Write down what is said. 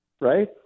right